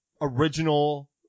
original